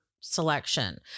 selection